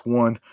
one